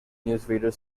newsreader